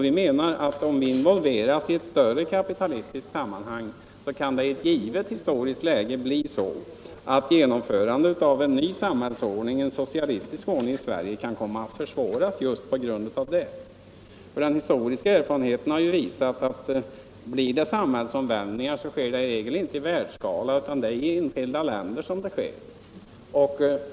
Vi menar att om vi involveras i ett större kapitalistiskt sammanhang så kan det i ett givet historiskt läge bli så att genomförandet av en ny samhällsordning — en socialistisk ordning — i Sverige försvåras just på grund av detta. Den historiska erfarenheten har ju visat att blir det samhällsomvälvningar då sker de i regel inte i världsskala, utan det är i enskilda länder som de sker.